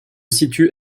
situe